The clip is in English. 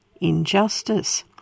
injustice